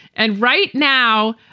and right now,